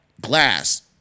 glass